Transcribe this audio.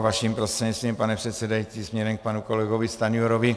Vaším prostřednictvím, pane předsedající, směrem k panu kolegovi Stanjurovi.